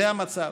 זה המצב.